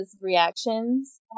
reactions